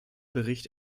bericht